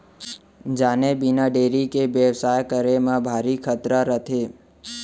जाने बिना डेयरी के बेवसाय करे म भारी खतरा रथे